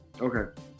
Okay